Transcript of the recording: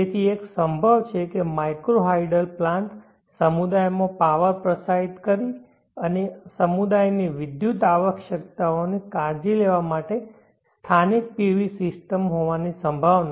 તેથી એક સંભવ છે માઇક્રો હાઇડલ પ્લાન્ટ સમુદાયમાં પાવર પ્રસારિત કરી અને સમુદાયની વિદ્યુત આવશ્યકતાઓની કાળજી લેવા માટે સ્થાનિક PV સિસ્ટમ હોવાની સંભાવના